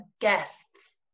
guests